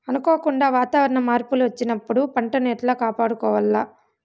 అనుకోకుండా వాతావరణ మార్పులు వచ్చినప్పుడు పంటను ఎట్లా కాపాడుకోవాల్ల?